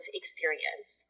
experience